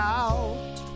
out